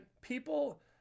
people